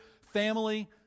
family